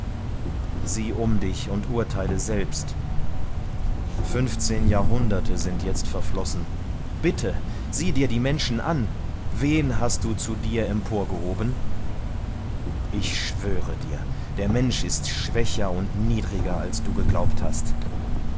blicke um dich und urteile selbst fünfzehn jahrhunderte sind vergangen komm sieh dir die menschen an wen hast du da bis zu dir emporgehoben ich bezeuge es der mensch ist schwächer und niedriger als du dachtest kann